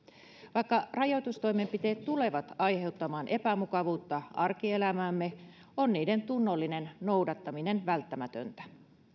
vaikka rajoitustoimenpiteet tulevat aiheuttamaan epämukavuutta arkielämäämme on niiden tunnollinen noudattaminen välttämätöntä